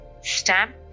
stamp